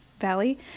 Valley